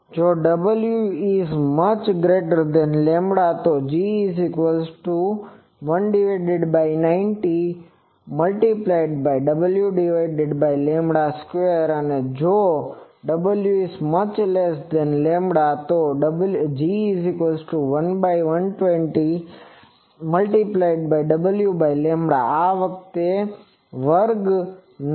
જો W≪λ તો G ≈190 2 અને જો W≫λ તો G ≈1120 આ વખતે વર્ગ નથી